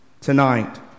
tonight